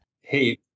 Hey